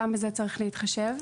גם בזה צריך להתחשב.